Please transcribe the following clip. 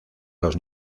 los